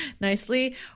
nicely